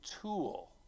tool